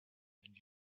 and